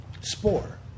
spore